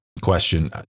Question